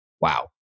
Wow